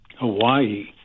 Hawaii